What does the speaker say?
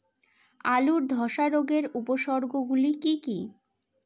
আলুর ধ্বসা রোগের উপসর্গগুলি কি কি?